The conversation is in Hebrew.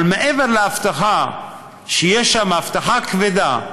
אבל מעבר להבטחה שיש שם אבטחה כבדה,